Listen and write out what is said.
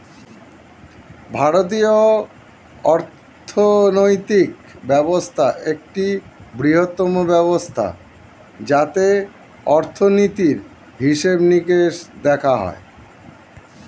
ভারতীয় অর্থনৈতিক ব্যবস্থা একটি বৃহত্তম ব্যবস্থা যাতে অর্থনীতির হিসেবে নিকেশ দেখা হয়